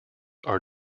are